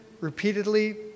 repeatedly